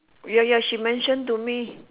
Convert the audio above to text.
ya ya she mention to me